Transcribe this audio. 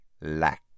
lack